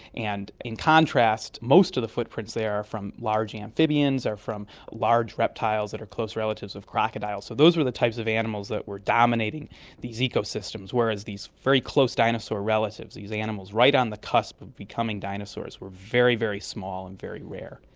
and in contrast, most of the footprints there are from large amphibians or from large reptiles that are close relatives of crocodiles. so those were the types of animals that were dominating these ecosystems, whereas these very close dinosaur relatives, these animals right on the cusp of becoming dinosaurs, were very, very small and very rare.